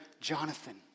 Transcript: Jonathan